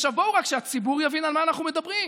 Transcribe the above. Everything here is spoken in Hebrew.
עכשיו בואו, רק שהציבור יבין על מה אנחנו מדברים.